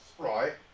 Right